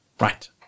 Right